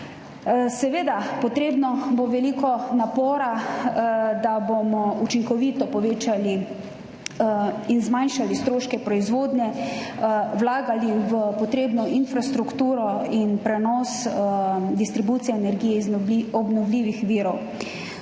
Seveda, potrebno bo veliko napora, da bomo učinkovito zmanjšali stroške proizvodnje, vlagali v potrebno infrastrukturo in prenos distribucije energije iz obnovljivih virov.